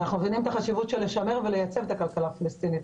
אנחנו מבינים את החשיבות של לשמר ולייצב את הכלכלה הפלסטינית.